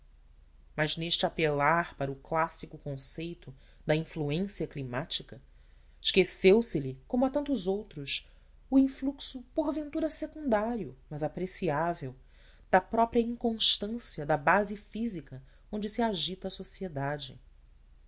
mas neste apelar para o clássico conceito da influência climática esqueceu lhe como a tantos outros o influxo por ventura secundário mas apreciável da própria inconstância da base física onde se agita a sociedade